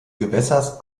gewässers